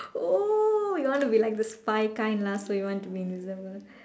oh you want to be like the spy kind lah so you want to be invisible